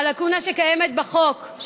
הלקונה שקיימת בחוק,